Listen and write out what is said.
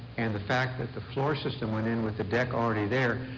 and the fact that the floor system went in with a deck already there,